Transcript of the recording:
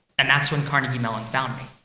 and that's when carnegie mellon found me.